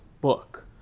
book